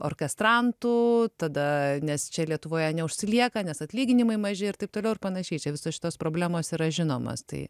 orkestrantų tada nes čia lietuvoje neužsilieka nes atlyginimai maži ir taip toliau ir panašiai čia visos šitos problemos yra žinomas tai